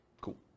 Cool